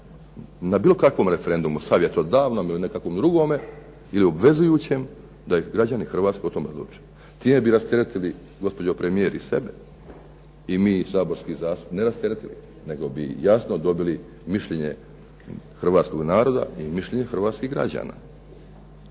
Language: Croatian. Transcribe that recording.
na bilo kakvom referendumu savjetodavnom ili nekakvom drugom, ili obvezujućom da i građani Hrvatske o tome odlučuju. Time bi rasteretili gospođo premijer i sebe, i mi saborski zastupnici. Ne rasteretili nego bi jasno dobili mišljenje hrvatskoga naroda i mišljenje hrvatskih građana.